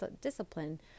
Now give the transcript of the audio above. discipline